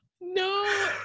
No